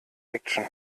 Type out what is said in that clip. action